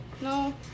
No